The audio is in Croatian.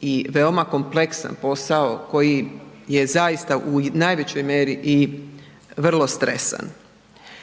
i veoma kompleksan posao koji je zaista u najvećoj mjeri i vrlo stresan.